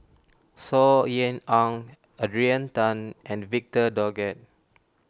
Saw Ean Ang Adrian Tan and Victor Doggett